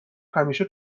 همیشه